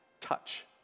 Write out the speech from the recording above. touch